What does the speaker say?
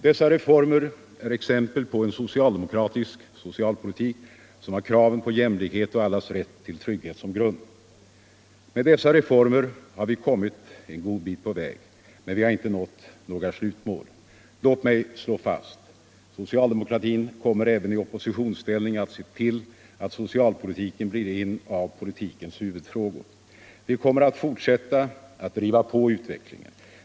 Dessa reformer är exempel på en socialdemokratisk socialpolitik som har kraven på jämställdhet och allas rätt till trygghet som grund. Med dessa reformer har vi kommit en god bit på väg, men vi hade inte nått några slutmål. Låt mig slå fast: Socialdemokratin kommer även i oppositionsställning att se till att socialpolitiken blir en av politikens huvudfrågor. Vi kommer att fortsätta att driva på utvecklingen.